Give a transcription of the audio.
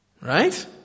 Right